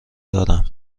دارم